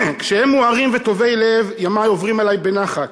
כשהם מוארים וטובי לב, ימי עוברים עלי בנחת,